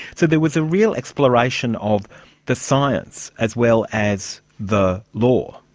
so there was a real exploration of the science as well as the law.